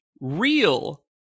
real